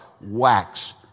wax